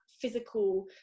physical